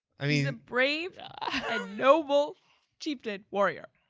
i mean a brave and noble chieftain warrior.